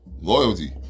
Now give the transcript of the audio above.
Loyalty